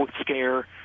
scare